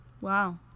wow